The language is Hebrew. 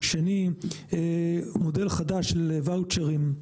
שני הוא מודל חדש של ואוצ'רים.